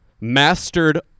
mastered